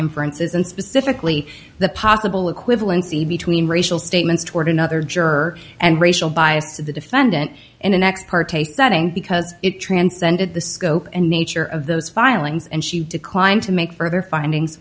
inferences and specifically the possible equivalency between racial statements toward another juror and racial bias of the defendant in an ex parte setting because it transcended the scope and nature of those filings and she declined to make further findings